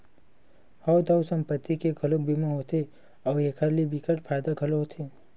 हव दाऊ संपत्ति के घलोक बीमा होथे अउ एखर ले बिकट फायदा घलोक होथे